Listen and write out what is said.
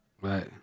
Right